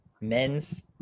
men's